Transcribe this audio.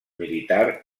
militar